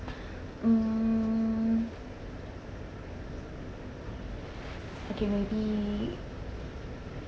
mm okay maybe